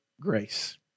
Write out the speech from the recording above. grace